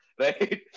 right